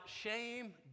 shame